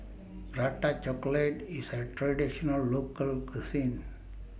Prata Chocolate IS A Traditional Local Cuisine